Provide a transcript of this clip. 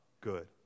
good